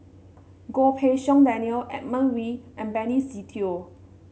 Goh Pei Siong Daniel Edmund Wee and Benny Se Teo